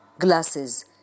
glasses